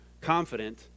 confident